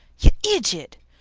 you idjit!